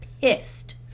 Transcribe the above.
pissed